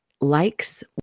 likes